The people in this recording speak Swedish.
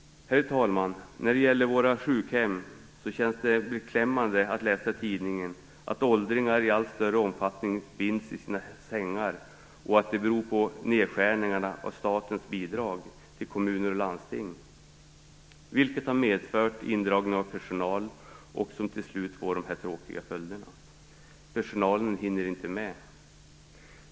Herr talman! Det känns beklämmande att läsa i tidningarna om att åldringar på våra sjukhem i allt större omfattning binds i sina sängar och att det beror på nedskärningarna i statens bidrag till kommuner och landsting. Dessa har medfört indragning av personal, vilket till slut ger dessa tråkiga följder. Personalen hinner inte med.